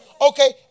Okay